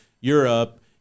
Europe